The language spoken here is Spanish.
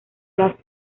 las